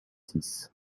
six